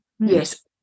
Yes